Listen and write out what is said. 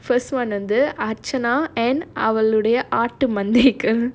first one வந்து:vandhu and அவளுடைய:avaludaiya monday